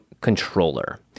controller